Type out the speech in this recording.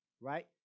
right